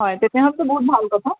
হয় তেতিয়াহ'লেতো বহুত ভাল কথা